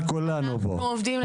איתן גינזבורג.